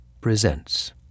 Presents